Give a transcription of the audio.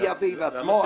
הוא יפיל את עצמו?